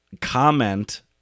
comment